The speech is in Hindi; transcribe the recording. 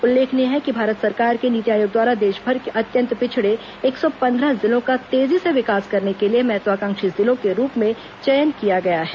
उल्लेखनीय है कि भारत सरकार के नीति आयोग द्वारा देशभर के अत्यंत पिछड़े एक सौ पंद्रह जिलों का तेजी से विकास करने के लिए महात्वाकांक्षी जिलों के रूप में चयन किया गया है